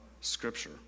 Scripture